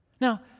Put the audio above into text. Now